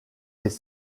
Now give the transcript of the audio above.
des